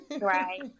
Right